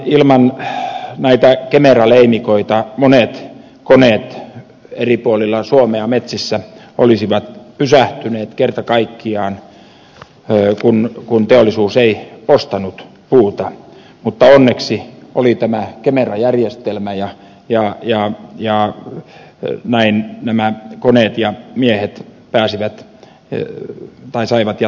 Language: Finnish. ilman näitä kemera leimikoita monet koneet eri puolilla suomea metsissä olisivat pysähtyneet kerta kaikkiaan kun teollisuus ei ostanut puuta mutta onneksi oli tämä kemera järjestelmä ja näin nämä koneet ja miehet saivat jatkaa töitä